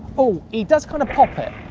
oh, he does kind of pop it.